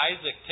Isaac